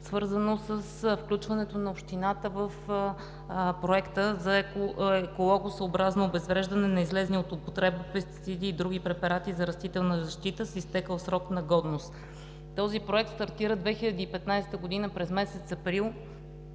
свързано с включването на общината в Проекта за екологосъобразно обезвреждане на излезли от употреба пестициди и други препарати за растителна защита с изтекъл срок на годност. Този проект стартира 2015 г. през месец април,